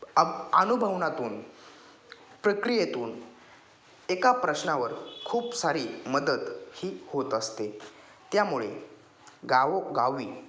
up अनुभवातून प्रक्रियेतून एका प्रश्नावर खूप सारी मदत ही होत असते त्यामुळे गावोगावी